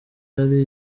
yari